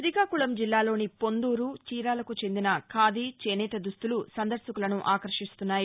శ్రీకాకుకం జిల్లాలోని పొందూరు చీరాలకు చందిన ఖాధీ చేనేత దుస్తులు సందర్భకులను ఆకర్షిస్తున్నాయి